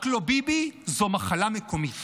רק לא ביבי זו מחלה מקומית.